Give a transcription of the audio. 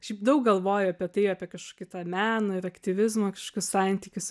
šiaip daug galvoju apie tai apie kažkokį tą meną ir aktyvizmą kažkokius santykius